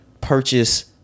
purchase